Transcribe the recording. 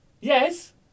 Yes